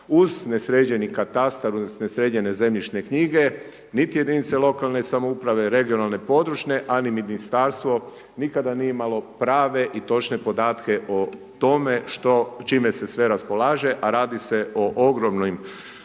uz nesređeni katastar uz nesređene zemljišne knjige nit jedinice lokalne samouprave, regionalne područne, a ni ministarstvo nikada nije imalo prave i točne podatke o tome što čime se sve raspolaže, a radi se o ogromnim